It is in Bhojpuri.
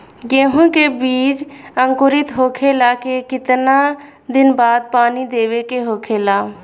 गेहूँ के बिज अंकुरित होखेला के कितना दिन बाद पानी देवे के होखेला?